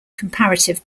comparative